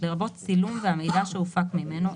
לרבות צילום והמידע שהופק ממנו,